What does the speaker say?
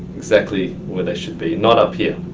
exactly where they should be. not up here.